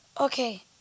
Okay